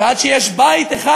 ועד שיש בית אחד,